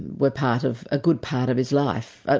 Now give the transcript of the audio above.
were part of a good part of his life. but